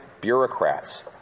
bureaucrats